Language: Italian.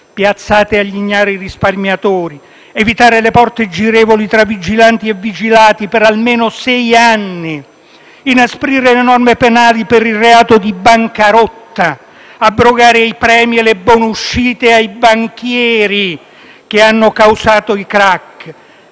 piazzati agli ignari risparmiatori; evitare le porte girevoli tra vigilanti e vigilati per almeno sei anni; inasprire le norme penali per il reato di bancarotta; abrogare i premi e le buone uscite ai banchieri che hanno causato i *crac*;